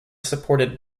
supported